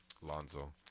Lonzo